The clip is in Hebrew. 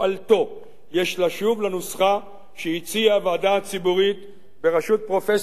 יש לשוב לנוסחה שהציעה הוועדה הציבורית בראשות פרופסור יעקב נאמן,